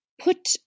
put